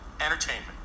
entertainment